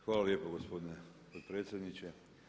Hvala lijepo gospodine potpredsjedniče.